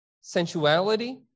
sensuality